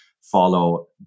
follow